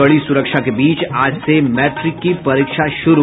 कड़ी सुरक्षा के बीच आज से मैट्रिक की परीक्षा शुरू